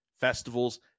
festivals